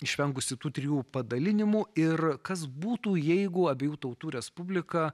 išvengusi tų trijų padalinimų ir kas būtų jeigu abiejų tautų respublika